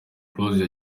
close